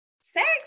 sex